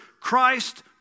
Christ